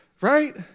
Right